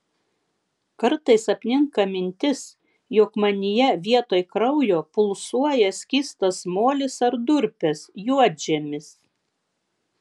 kartais apninka mintis jog manyje vietoj kraujo pulsuoja skystas molis ar durpės juodžemis